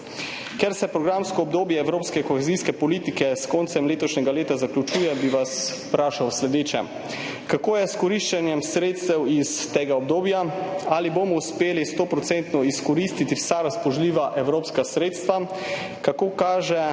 Ker se programsko obdobje evropske kohezijske politike s koncem letošnjega leta zaključuje, bi vas vprašal sledeče: Kako je s koriščenjem sredstev iz obdobja 2014–2020? Ali bomo uspeli 100-odstotno izkoristiti vsa razpoložljiva evropska sredstva? Kako kaže